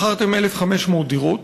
מכרתם 1,500 דירות,